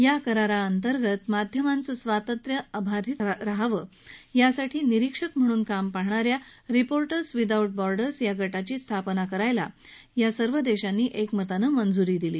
या कराअंतर्गत माध्यमांचं स्वांतत्र्य अबाधित राहावं यासाठी निरीक्षक म्हणून काम पाहणाऱ्या रिपोर्टर्स विदाऊट बॉर्डर्स या गटाची स्थापना करायला या सर्व देशांनी एकमतानं मंजुरी दिली